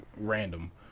random